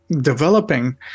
developing